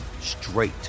straight